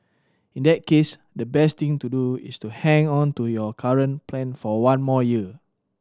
in that case the best thing to do is to hang on to your current plan for one more year